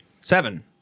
Seven